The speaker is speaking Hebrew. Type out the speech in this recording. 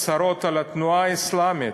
הצהרות על התנועה האסלאמית,